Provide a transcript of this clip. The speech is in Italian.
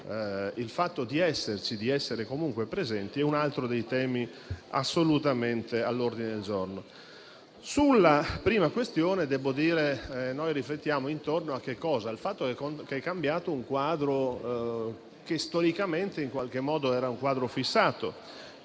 il fatto di esserci, di essere comunque presenti. Questo è un altro dei temi assolutamente all'ordine del giorno. Sulla prima questione noi riflettiamo intorno al fatto che è cambiato un quadro che storicamente era fissato.